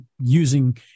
using